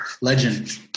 Legend